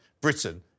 Britain